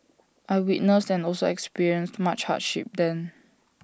I witnessed and also experienced much hardship then